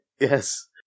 Yes